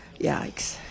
Yikes